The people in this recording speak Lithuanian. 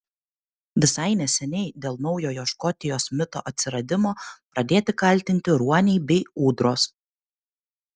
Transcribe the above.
visai neseniai dėl naujojo škotijos mito atsiradimo pradėti kaltinti ruoniai bei ūdros